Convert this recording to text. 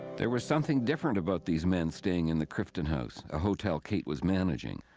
there was something different, about these men staying in the crifton house, a hotel kate was managing.